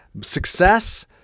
success